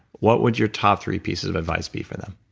what would your top three pieces of advice be for them?